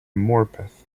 morpeth